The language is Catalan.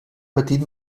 petit